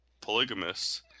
polygamous